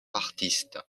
artistes